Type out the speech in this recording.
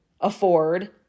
afford